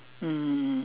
mm